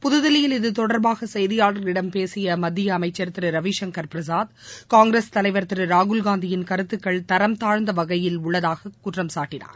புதுதில்லியில் இத்தொடர்பாக செய்தியாளர்களிடம் பேசிய மத்திய அமைச்சர் திரு ரவிசங்கர் பிரசாத் காங்கிரஸ் தலைவர் திரு ராகுல்காந்தியின் கருத்துக்கள் தரம் தாழ்ந்த வகையில் உள்ளதாக குற்றம் சாட்டினார்